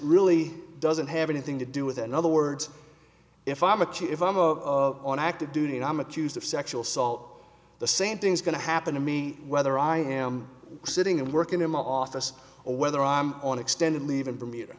really doesn't have anything to do with it in other words if i'm a cheat if i'm a on active duty and i'm accused of sexual assault the same thing's going to happen to me whether i am sitting and working in my office or whether i'm on extended leave in bermuda